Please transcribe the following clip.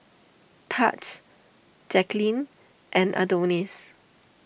Tahj Jacqueline and Adonis